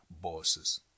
bosses